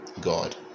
God